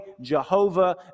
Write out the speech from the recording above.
Jehovah